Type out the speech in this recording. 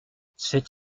c’est